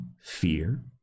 fear